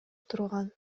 турган